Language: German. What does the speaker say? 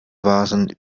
waren